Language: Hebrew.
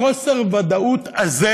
חוסר הוודאות הזה